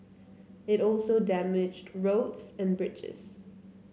it also damaged roads and bridges